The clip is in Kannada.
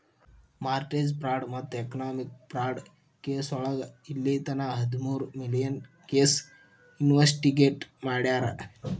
ಮಾರ್ಟೆಜ ಫ್ರಾಡ್ ಮತ್ತ ಎಕನಾಮಿಕ್ ಫ್ರಾಡ್ ಕೆಸೋಳಗ ಇಲ್ಲಿತನ ಹದಮೂರು ಮಿಲಿಯನ್ ಕೇಸ್ ಇನ್ವೆಸ್ಟಿಗೇಟ್ ಮಾಡ್ಯಾರ